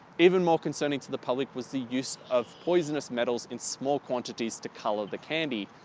even more concerning to the public was the use of poisons metal in small quantities to color the candy,